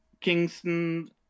Kingston